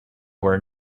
were